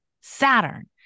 Saturn